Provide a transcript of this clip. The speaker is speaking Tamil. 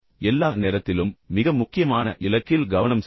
எல்லா நேரத்திலும் மிக முக்கியமான இலக்கில் கவனம் செலுத்துங்கள்